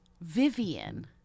Vivian